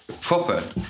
proper